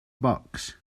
box